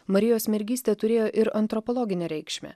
marijos mergystė turėjo ir antropologinę reikšmę